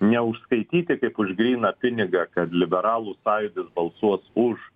neužskaityti kaip už gryną pinigą kad liberalų sąjūdis balsuos už